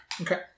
Okay